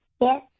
Yes